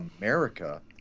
America